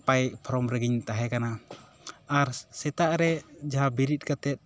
ᱱᱟᱯᱟᱭ ᱯᱷᱨᱚᱢ ᱨᱮᱜᱮᱧ ᱛᱟᱦᱮᱸ ᱠᱟᱱᱟ ᱟᱨ ᱥᱮᱛᱟᱜ ᱨᱮ ᱡᱟᱦᱟᱸ ᱵᱤᱨᱤᱫ ᱠᱟᱛᱮᱫ